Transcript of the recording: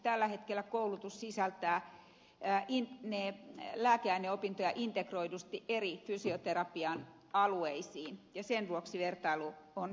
tällä hetkellä koulutus sisältää lääkeaineopintoja integroidusti eri fysioterapian alueilla ja sen vuoksi vertailu on aika vaikeaa